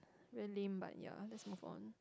very lame but ya let's move on